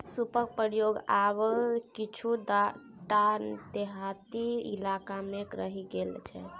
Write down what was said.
सूपक प्रयोग आब किछुए टा देहाती इलाकामे रहि गेल छै